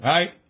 Right